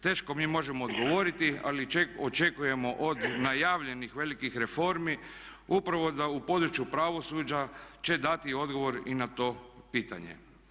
Teško mi možemo odgovoriti ali očekujemo od najavljenih velikih reformi upravo da u području pravosuđa će dati odgovor i na to pitanje.